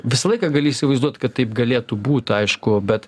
visą laiką gali įsivaizduot kad taip galėtų būt aišku bet